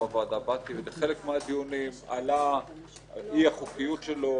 בוועדה באתי רק לחלק מהדיונים - עלתה אי החוקיות שלו,